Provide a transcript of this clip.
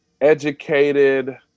educated